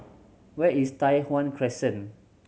where is Tai Hwan Crescent